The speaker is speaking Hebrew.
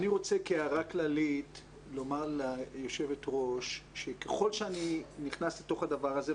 אני רוצה כהערה כללית לומר ליושבת ראש שככל שאני נכנס לתוך הדבר הזה,